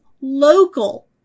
local